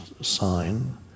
sign